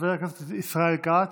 חבר הכנסת ישראל כץ,